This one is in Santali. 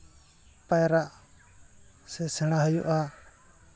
ᱯᱟᱭᱨᱟᱜ ᱥᱮ ᱥᱮᱬᱟ ᱦᱩᱭᱩᱜᱼᱟ